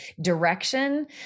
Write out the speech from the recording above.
direction